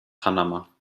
panama